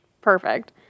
perfect